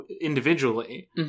individually